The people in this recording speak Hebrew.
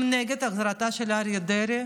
שהם נגד החזרתו של אריה דרעי